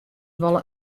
wolle